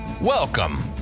welcome